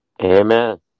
Amen